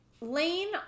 Lane